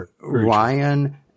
Ryan